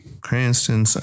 Cranston